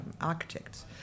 architects